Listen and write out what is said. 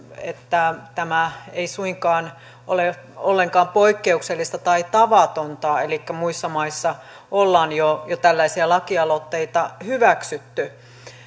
tämä ei suinkaan ole ollenkaan poikkeuksellista tai tavatonta elikkä muissa maissa ollaan jo jo tällaisia lakialoitteita hyväksytty